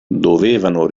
dovevano